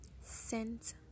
scent